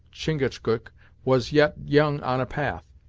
chingachgook was yet young on a path.